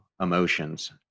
emotions